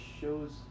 shows